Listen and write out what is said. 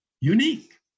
unique